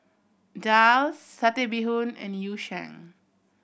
daal Satay Bee Hoon and Yu Sheng